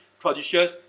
traditions